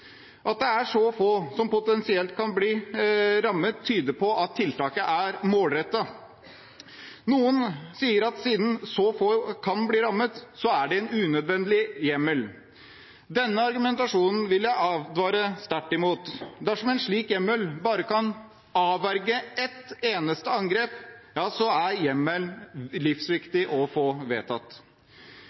At det er så få som potensielt kan bli rammet, tyder på at tiltaket er målrettet. Noen sier at siden så få kan bli rammet, er det en unødvendig hjemmel. Denne argumentasjonen vil jeg advare sterkt imot. Dersom en slik hjemmel bare kan avverge et eneste angrep, er hjemmelen livsviktig å få vedtatt.